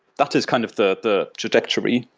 that is kind of the the trajectory.